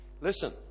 Listen